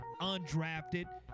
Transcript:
undrafted